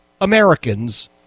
Americans